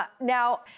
Now